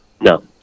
No